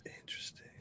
Interesting